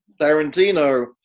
Tarantino